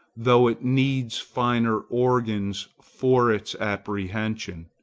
though it needs finer organs for its apprehension.